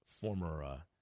Former